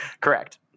Correct